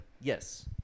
yes